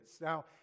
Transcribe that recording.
Now